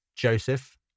Joseph